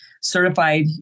certified